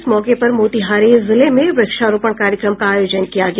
इस मौके पर मोतिहारी जिले में वृक्षारोपण कार्यक्रम का आयोजन किया गया